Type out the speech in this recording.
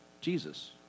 Jesus